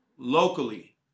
locally